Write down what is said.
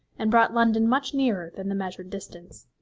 and brought london much nearer than the measured distance.